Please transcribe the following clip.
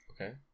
Okay